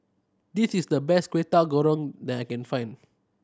this is the best Kwetiau Goreng that I can find